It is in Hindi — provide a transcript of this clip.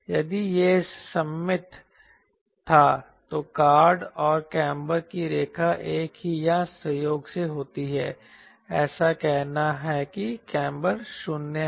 यदि यह सममित था तो कार्ड और काम्बर की रेखा एक ही या संयोग से होती है ऐसा कहना है कि काम्बर 0 है